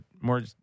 more